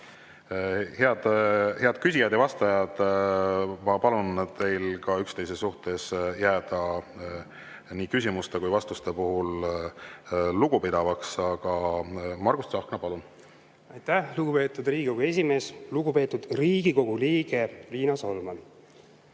Head küsijad ja vastajad! Ma palun teil üksteise suhtes jääda nii küsimuste kui vastuste puhul lugupidavaks. Margus Tsahkna, palun! Aitäh, lugupeetud Riigikogu esimees! Lugupeetud Riigikogu liige Riina Solman!